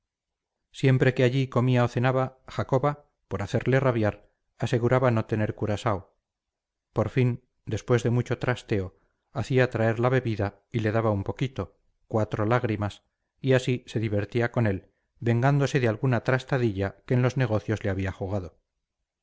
siempre que allí comía o cenaba jacoba por hacerle rabiar aseguraba no tener curaao por fin después de mucho trasteo hacía traer la bebida y le daba un poquito cuatro lágrimas y así se divertía con él vengándose de alguna trastadilla que en los negocios le había jugado